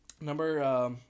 Number